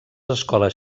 escoles